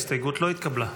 ההסתייגות לא התקבלה.